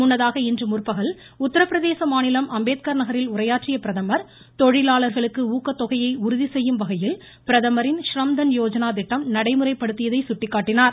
முன்னதாக இன்றுமுற்பகல் உத்தரபிரதேச மாநிலம் அம்பேத்கர் நகரில் உரையாற்றிய பிரதமர் தொழிலாளர்களுக்கு ஊக்கத்தொகையை உறுதி செய்யும் வகையில் பிரதமரின் ஸ்ரம் தன் யோஜனா திட்டம் நடைமுறைப்படுத்தியதை சுட்டிக்காட்டினார்